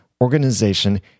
organization